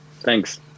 thanks